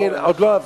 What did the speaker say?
עוד לא עבר.